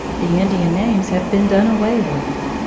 the in dian names have been done away with.